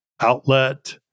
outlet